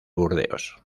burdeos